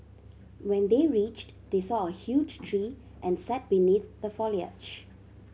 when they reached they saw a huge tree and sat beneath the foliage